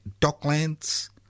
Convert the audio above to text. Docklands